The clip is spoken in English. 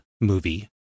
movie